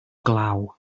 glaw